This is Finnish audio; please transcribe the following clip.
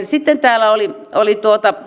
sitten täällä oli oli